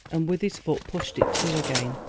and with his foot pushed it to again.